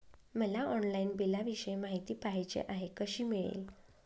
मला ऑनलाईन बिलाविषयी माहिती पाहिजे आहे, कशी मिळेल?